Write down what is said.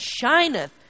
shineth